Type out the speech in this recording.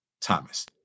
Thomas